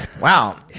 Wow